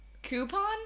Coupon